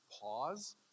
pause